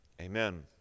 Amen